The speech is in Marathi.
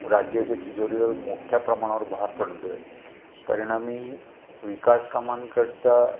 राज्याच्या तिजोरीवर मोठ्या प्रमाणावर भार पडतोय परिणामी विकास कामांकरिता